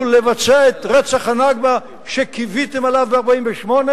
לבצע את רצח ה"נכבה" שקיוויתם לו ב-1948,